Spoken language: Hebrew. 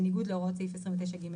בניגוד להוראות סעיף 29(ג)(3).